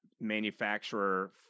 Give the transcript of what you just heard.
manufacturer